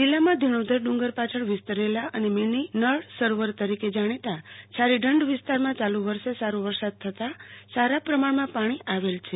જિલ્લામાં ધીણોધર ડુંગર પાછળ વિસ્તરેલા અને મિનિસરોવર તરીકે જાણીતા છારીઢંઢ વિસ્તારમાં યાલુવર્ષે સારો વરસાદ થતાં સારા પ્રમાણમાં પાણી આવેલ છે